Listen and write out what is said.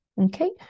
Okay